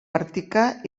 àrtica